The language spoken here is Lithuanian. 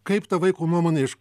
kaip ta vaiko nuomonė iš